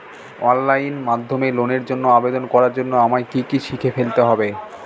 Online মাধ্যমে লোনের জন্য আবেদন করার জন্য আমায় কি কি শিখে ফেলতে হবে?